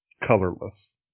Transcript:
colorless